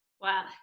Wow